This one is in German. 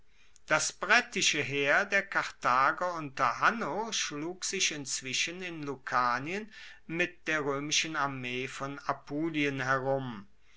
das brettische heer der karthager unter hanno schlug sich inzwischen in lucanien mit der roemischen armee von apulien herum